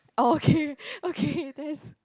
orh okay okay that's